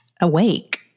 awake